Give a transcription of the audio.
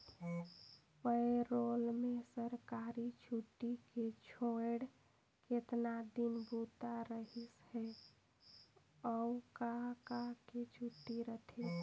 पे role में सरकारी छुट्टी के छोएड़ केतना दिन बूता करिस हे, अउ का का के छुट्टी रथे